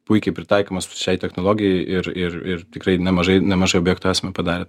puikiai pritaikomas šiai technologijai ir ir ir tikrai nemažai nemažai objektų esam padarę